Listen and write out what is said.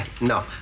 No